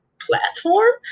platform